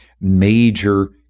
major